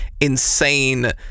insane